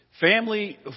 Family